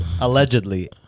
allegedly